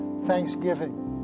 Thanksgiving